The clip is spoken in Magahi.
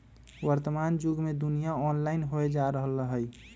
वर्तमान जुग में दुनिया ऑनलाइन होय जा रहल हइ